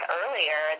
earlier